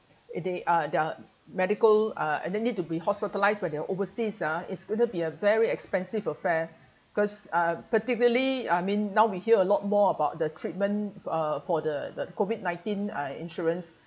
it they are they are medical uh and then need to be hospitalised when they're overseas ah it's going to be a very expensive affair because uh particularly I mean now we hear a lot more about the treatment uh for the the COVID nineteen uh insurance